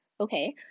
Okay